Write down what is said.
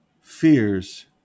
fears